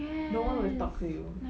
no one will talk to you